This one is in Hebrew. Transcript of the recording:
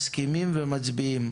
מסכימים ומצביעים.